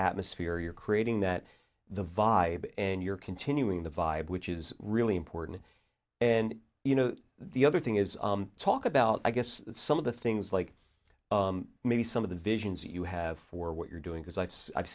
atmosphere you're creating that the vibe and you're continuing the vibe which is really important and you know the other thing is talk about i guess some of the things like maybe some of the visions you have for what you're doing because i